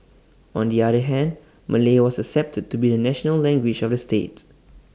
on the other hand Malay was accepted to be the national language of the state